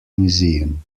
museum